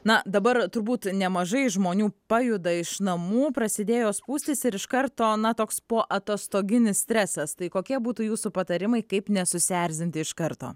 na dabar turbūt nemažai žmonių pajuda iš namų prasidėjo spūstys ir iš karto na toks poatostoginis stresas tai kokie būtų jūsų patarimai kaip nesusierzinti iš karto